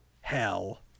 hell